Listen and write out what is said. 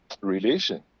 relation